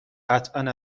قطعا